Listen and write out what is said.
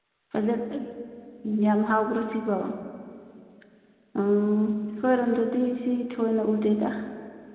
ꯌꯥꯝ ꯍꯥꯎꯕ꯭ꯔꯣ ꯁꯤꯕꯣ ꯑ ꯑꯩꯈꯣꯏꯔꯣꯝꯗꯗꯤ ꯁꯤ ꯊꯣꯏꯅ ꯎꯗꯦꯗ